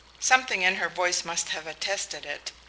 something in her voice must have attested it,